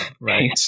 right